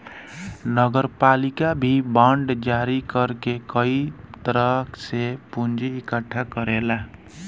नगरपालिका भी बांड जारी कर के कई तरह से पूंजी इकट्ठा करेला